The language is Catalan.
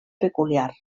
peculiar